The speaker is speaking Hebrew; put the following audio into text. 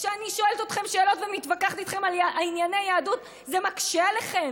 כשאני שואלת אתכם שאלות ומתווכחת איתכם על ענייני יהדות זה מקשה עליכם.